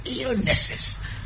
illnesses